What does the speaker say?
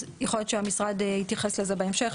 יכול להיות שהמשרד יתייחס לזה בהמשך,